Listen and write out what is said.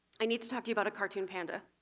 i need to talk to you about a cartoon panda.